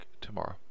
tomorrow